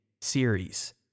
series